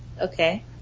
Okay